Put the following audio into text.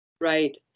Right